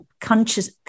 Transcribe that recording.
conscious